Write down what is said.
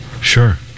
sure